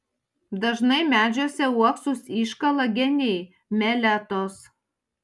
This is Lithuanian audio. dažnai medžiuose uoksus iškala geniai meletos